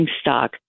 stock